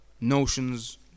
notions